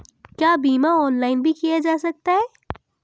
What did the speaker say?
क्या बीमा ऑनलाइन भी किया जा सकता है?